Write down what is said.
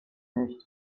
nicht